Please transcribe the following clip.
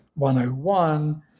101